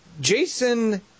Jason